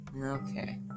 Okay